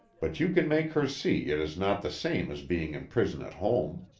but you can make her see it is not the same as being in prison at home.